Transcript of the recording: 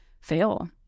fail